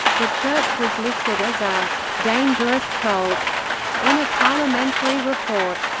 the church was listed as a dangerous cult in a parliamentary report.